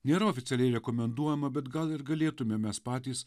nėra oficialiai rekomenduojama bet gal ir galėtume mes patys